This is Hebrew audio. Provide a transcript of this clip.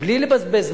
בלי לבזבז,